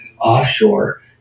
offshore